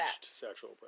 sexual